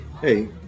hey